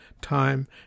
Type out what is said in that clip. Time